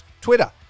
Twitter